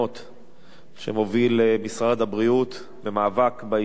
אנחנו עוברים לנושא הבא: הצעת חוק למניעת